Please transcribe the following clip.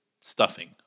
stuffing